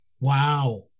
Wow